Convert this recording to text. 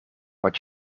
wat